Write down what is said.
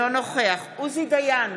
אינו נוכח עוזי דיין,